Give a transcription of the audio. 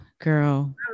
girl